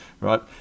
right